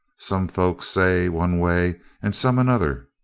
some folks say one way and some another.